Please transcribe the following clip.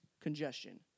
congestion